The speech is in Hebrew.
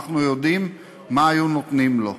אנחנו יודעים מה היו נותנים לו,